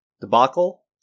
debacle